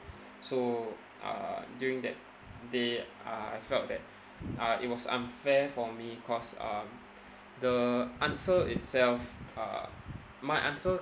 so uh during that day uh I felt that uh it was unfair for me cause um the answer itself uh my answer